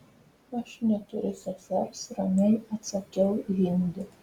aš neturiu sesers ramiai atsakiau hindi